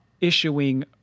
issuing